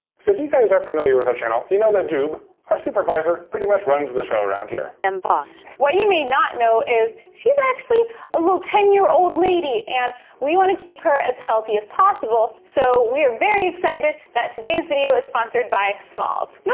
so if you guys are familiar with our channel you know that joob our supurrvisor, pretty much runs the show around here. and but so what you may not know is she's actually a little ten year old lady and we want to keep her as healthy as possible. so we're very excited that today's video is sponsored by smalls. no,